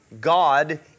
God